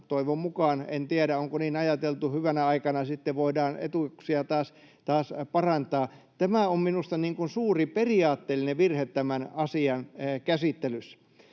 toivon mukaan — en tiedä, onko niin ajateltu — hyvänä aikana sitten voidaan etuisuuksia taas parantaa. Tämä on minusta suuri periaatteellinen virhe tämän asian käsittelyssä.